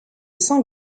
saint